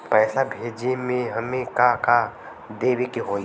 पैसा भेजे में हमे का का देवे के होई?